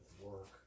work